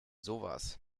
sowas